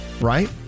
right